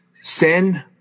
Sin